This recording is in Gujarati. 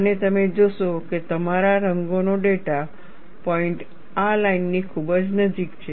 અને તમે જોશો કે તમામ રંગોનો ડેટા પોઇન્ટ આ લાઇન ની ખૂબ નજીક છે